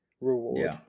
reward